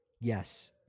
Yes